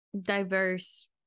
diverse